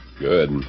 Good